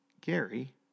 Gary